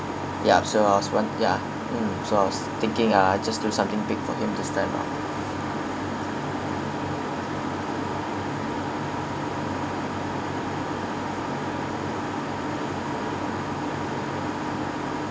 ya so I was won~ ya mm so I was thinking ah just do something big for him this time round